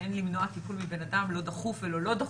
שאין למנוע טיפול מבן אדם, לא דחוף ולא לא דחוף.